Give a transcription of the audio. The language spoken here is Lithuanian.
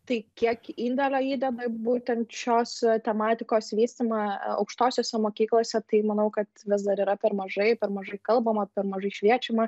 tai kiek indėlio įdeda į būtent šios tematikos vystymą aukštosiose mokyklose tai manau kad vis dar yra per mažai per mažai kalbama per mažai šviečiama